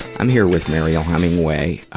i'm here with mariel hemingway.